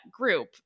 group